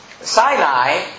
Sinai